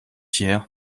hier